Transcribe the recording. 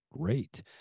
great